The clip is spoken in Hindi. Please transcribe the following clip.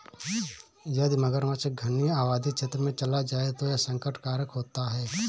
यदि मगरमच्छ घनी आबादी क्षेत्र में चला जाए तो यह संकट कारक होता है